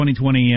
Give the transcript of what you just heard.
2020